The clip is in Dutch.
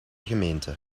gemeente